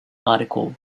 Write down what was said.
article